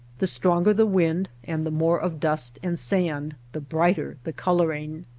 the stronger the wind, and the more of dust and sand, the brighter the coloring.